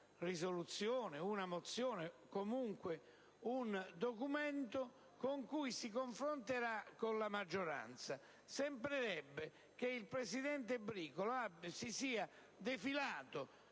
risoluzione, una mozione o comunque un documento, con cui si confronterà con la maggioranza. Sembrerebbe che il presidente Bricolo si sia defilato